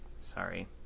Sorry